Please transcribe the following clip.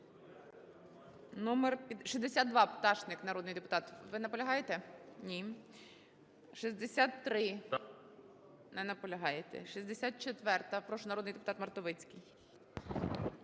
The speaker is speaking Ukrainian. номер 62, Пташник народний депутат. Ви наполягаєте? Ні. 63-а? Не наполягаєте. 64-а? Прошу, народний депутат Мартовицький.